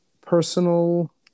personal